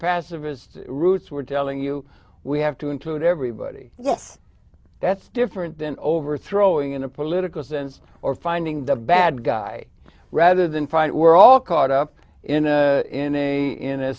pacifist roots were telling you we have to include everybody if that's different than overthrowing in a political sense or finding the bad guy rather than fight we're all caught up in a in a in a